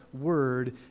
word